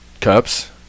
cups